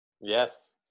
Yes